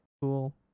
Cool